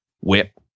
Whip